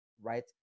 right